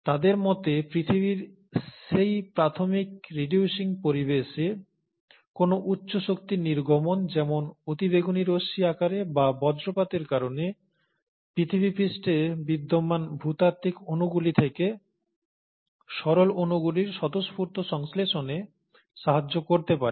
তাদের মতে পৃথিবীর সেই প্রাথমিক রিডিউসিং পরিবেশে কোন উচ্চ শক্তির নির্গমন যেমন অতি বেগুনি রশ্মি আকারে বা বজ্রপাতের কারণে পৃথিবী পৃষ্ঠে বিদ্যমান ভূতাত্ত্বিক অণুগুলি থেকে সরল অণুগুলির স্বতঃস্ফূর্ত সংশ্লেষণে সাহায্য করতে পারে